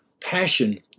passion